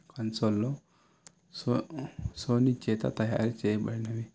కన్సోల్లో so Sony చేత తయారీ చేయబడినవి